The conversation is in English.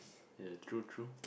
ya true true